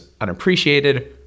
unappreciated